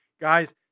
Guys